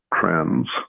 trends